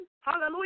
hallelujah